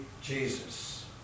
Jesus